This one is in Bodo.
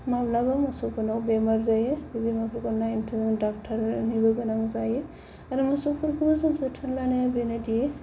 माब्लाबा मोसौफोरनाव बेमार जायो बे बेमारफोरखौ नायनो थाखाय डक्ट'रनिबो गोनां जायो आरो मोसौफोरखौबो जों जोथोन लानाया बेनो दि